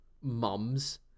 Mums